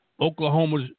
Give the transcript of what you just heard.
Oklahoma's